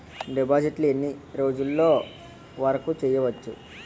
డిపాజిట్లు ఎన్ని రోజులు వరుకు చెయ్యవచ్చు?